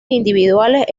individuales